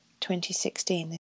2016